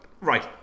right